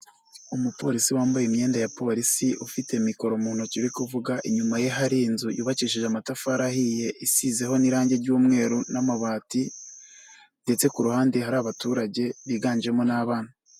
Umupolisi wambaye imyenda ya Polisi ufite mikoro mu ntoki uri kuvuga, inyuma ye hari inzu yubakishije amatafari ahiye isizeho n'irangi ry'umweru n'amabati ndetse ku ruhande hari abaturage biganjemo n'abana.